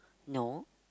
no